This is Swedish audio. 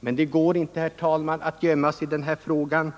Men det går inte att gömma sig i denna fråga.